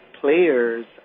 players